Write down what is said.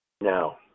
No